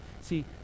See